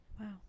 Wow